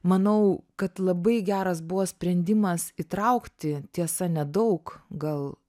manau kad labai geras buvo sprendimas įtraukti tiesa nedaug gal